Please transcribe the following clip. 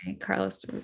Carlos